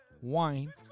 wine